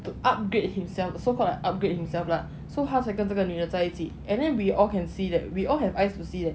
to upgrade himself so called an upgrade himself lah so 他跟这个女的在一起 and then we all can see that we all have eyes to see that